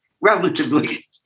relatively